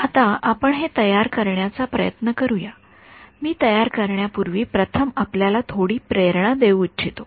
आता आपण हे तयार करण्याचा प्रयत्न करूया मी तयार करण्यापूर्वी प्रथम आपल्याला थोडी प्रेरणा देऊ इच्छितो